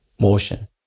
motion